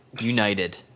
United